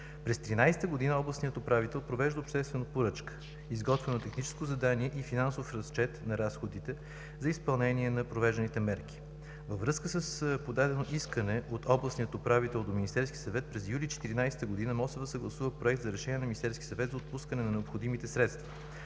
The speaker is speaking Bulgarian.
През 2013 г. областният управител провежда обществена поръчка ¬– изготвено е техническо задание и финансов разчет на разходите за изпълнение на провежданите мерки. Във връзка с подадено искане от областния управител до Министерския съвет през юли 2014 г. МОСВ съгласува проект за решение на Министерския съвет за отпускане на необходимите средства.